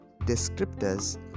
descriptors